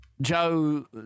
Joe